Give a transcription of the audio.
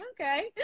Okay